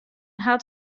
hat